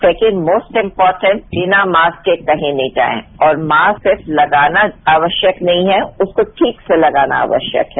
second most important बिना mask के कहीं नहीं जाएं और मास्क सिर्फ लगाना आवश्यक नहीं है उसको ठीक से लगाना आवश्यक है